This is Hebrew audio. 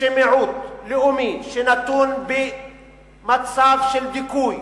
שמיעוט לאומי שנתון במצב של דיכוי,